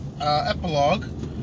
epilogue